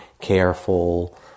careful